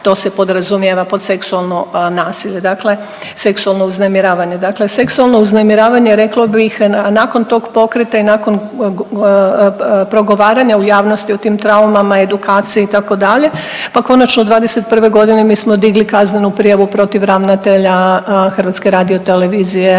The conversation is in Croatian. to se podrazumijeva pod seksualno nasilje, dakle seksualno uznemiravanje. Dakle, seksualno uznemiravanje reklo bih nakon tog pokreta i nakon progovaranja u javnosti o tim traumama, edukaciji itd., pa konačno '21. godine mi smo digli kaznenu prijavu protiv ravnatelja HRT-a vezano uz